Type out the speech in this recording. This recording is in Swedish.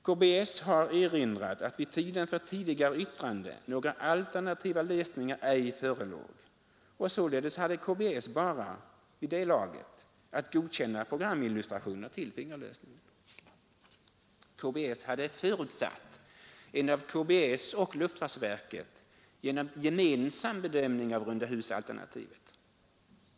KBS har erinrat om att vid tiden för tidigare yttrande några alternativa lösningar ej förelåg, och således hade KBS vid det laget bara att godkänna programillustrationen till fingerlösningen. KBS hade förutsatt en av KBS och luftfartsverket gemensam bedömning av rundahusalternativet.